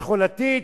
שכונתית,